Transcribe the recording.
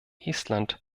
estland